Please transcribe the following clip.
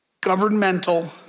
governmental